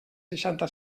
seixanta